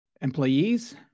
employees